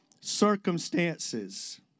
circumstances